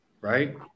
right